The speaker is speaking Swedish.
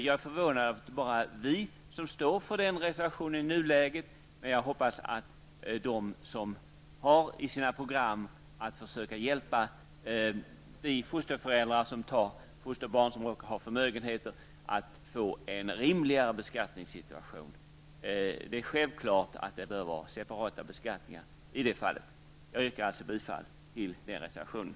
Jag är förvånad över att det i nuläget är bara vi som står bakom den reservationen. Jag hoppas på stöd för den från dem som har i sina program att försöka hjälpa de fosterföräldrar som tar fosterbarn som råkar ha förmögenheter att få en rimligare skattesituation. Det är självklart att det i det fallet borde vara separata beskattningar. Jag yrkar alltså bifall till den reservationen.